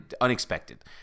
unexpected